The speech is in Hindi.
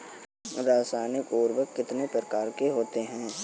रासायनिक उर्वरक कितने प्रकार के होते हैं?